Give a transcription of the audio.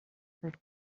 her